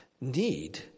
need